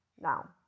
Now